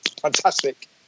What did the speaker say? fantastic